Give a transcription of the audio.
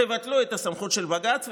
תבטלו את הסמכות של בג"ץ,